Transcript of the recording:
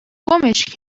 گمش